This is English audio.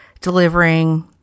delivering